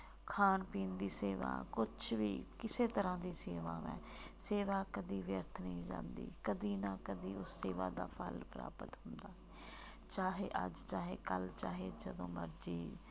ਖਾਣ ਪੀਣ ਦੀ ਸੇਵਾ ਕੁਛ ਵੀ ਕਿਸੇ ਤਰ੍ਹਾਂ ਦੀ ਸੇਵਾਵਾਂ ਹੈ ਸੇਵਾ ਕਦੇ ਵਿਅਰਥ ਨਹੀਂ ਜਾਂਦੀ ਕਦੀ ਨਾ ਕਦੇ ਉਸ ਸੇਵਾ ਦਾ ਫਲ ਪ੍ਰਾਪਤ ਹੁੰਦਾ ਚਾਹੇ ਅੱਜ ਚਾਹੇ ਕੱਲ੍ਹ ਚਾਹੇ ਜਦੋਂ ਮਰਜ਼ੀ